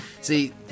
See